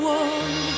one